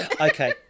okay